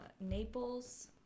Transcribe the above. Naples